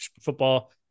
football